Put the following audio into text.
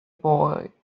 boy